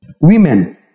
Women